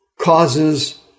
causes